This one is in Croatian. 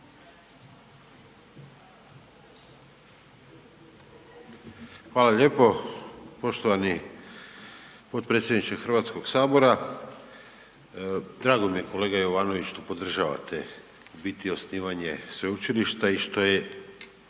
Hvala lijepo. Poštovani potpredsjedniče HS. Drago mi je kolega Jovanović što podržavate u biti osnivanje sveučilišta i što je